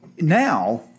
now